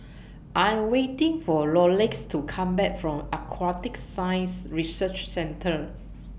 I'm waiting For Loris to Come Back from Aquatic Science Research Centre